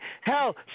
Hell